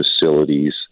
facilities